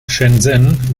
shenzhen